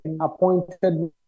appointed